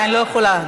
אני לא יכולה,